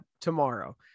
tomorrow